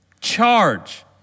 charge